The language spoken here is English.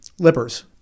Lippers